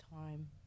time